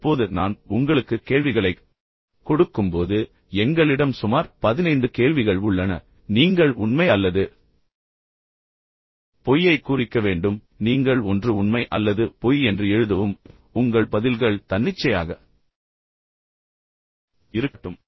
இப்போது நான் உங்களுக்கு கேள்விகளைக் கொடுக்கும்போது எங்களிடம் சுமார் பதினைந்து கேள்விகள் உள்ளன நீங்கள் உண்மை அல்லது பொய்யைக் குறிக்க வேண்டும் நீங்கள் ஒன்று உண்மை அல்லது பொய் என்று எழுதவும் உங்கள் பதில்கள் தன்னிச்சையாக இருக்கட்டும்